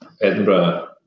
Edinburgh